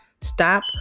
Stop